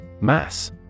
Mass